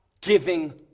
giving